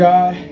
God